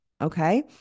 Okay